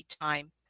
time